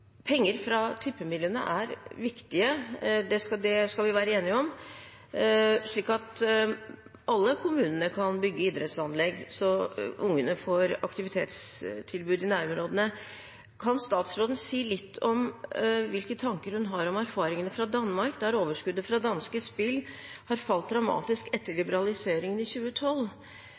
Penger fra tippemidlene er viktige – det skal vi være enige om – slik at alle kommuner kan bygge idrettsanlegg så ungene får aktivitetstilbud i nærområdene. Kan statsråden si litt om hvilke tanker hun har om erfaringene fra Danmark, der overskuddet fra danske spill har falt dramatisk etter liberaliseringen i 2012?